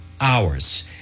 hours